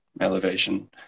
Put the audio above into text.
elevation